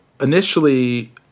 initially